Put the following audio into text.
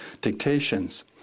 dictations